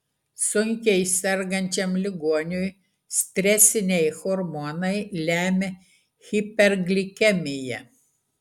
sunkiai sergančiam ligoniui stresiniai hormonai lemia hiperglikemiją